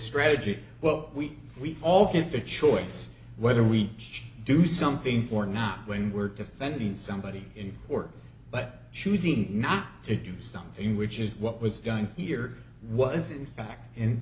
strategy well we we all get the choice whether we should do something or not when we're defending somebody in court but choosing not to do something which is what was done here